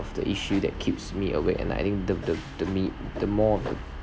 the issue that keeps me awake at night and I think the the the me the more of